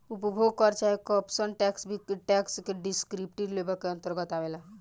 उपभोग कर चाहे कंजप्शन टैक्स भी टैक्स के डिस्क्रिप्टिव लेबल के अंतरगत आवेला